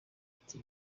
iti